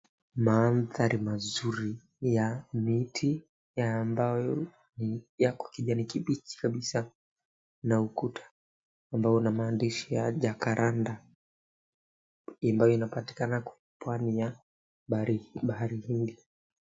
Mandhari mazuri ya miti ambayo yako kijani kibichi kabisa na ukuta ambao una maandishi ya "Jacaranda" ambayo inapatikana pwani ya bahari hindi.